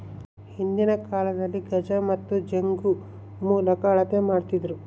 ಹಿಂದಿನ ಕಾಲದಲ್ಲಿ ಗಜ ಮತ್ತು ಜಂಗು ಮೂಲಕ ಅಳತೆ ಮಾಡ್ತಿದ್ದರು